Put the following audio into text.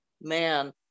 man